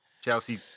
Chelsea